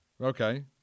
Okay